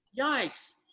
Yikes